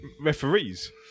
referees